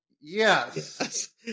yes